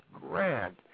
grand